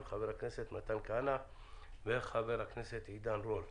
חבר הכנסת מתן כהנא וחבר הכנסת עידן רול.